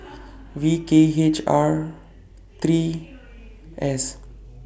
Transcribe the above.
V K H R three S